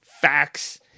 facts